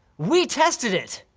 we tested it.